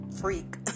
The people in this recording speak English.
freak